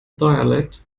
dialect